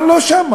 אנחנו לא שם.